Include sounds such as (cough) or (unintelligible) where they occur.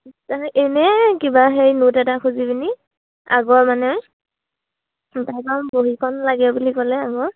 (unintelligible) এনে কিবা হেৰি নোট এটা খুজি পিনি আগৰ মানে কাৰণ বহীখন লাগে বুলি ক'লে আগৰ